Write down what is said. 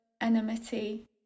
enmity